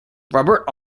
robert